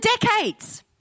decades